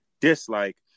dislike